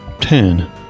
Ten